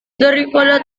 daripada